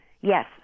Yes